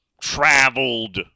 traveled